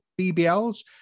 BBL's